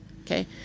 Okay